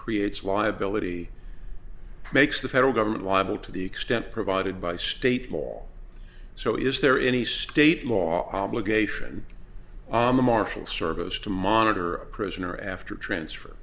creates liability makes the federal government was able to the extent provided by state law so is there any state law obligation to marshal service to monitor a prisoner after transfer